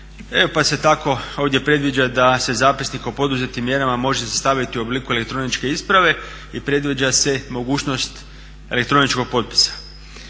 ovdje predviđa da se zapisnik o poduzetim mjerama može sastaviti u obliku elektroničke isprave i predviđa se mogućnost elektroničkog potpisa.